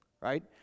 right